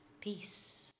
peace